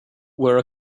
were